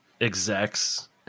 execs